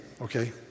Okay